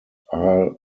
are